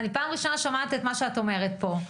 ראשונה שאני שומעת את מה שאת אומרת פה,